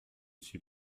suis